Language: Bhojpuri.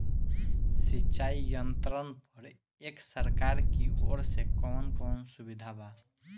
सिंचाई यंत्रन पर एक सरकार की ओर से कवन कवन सुविधा बा?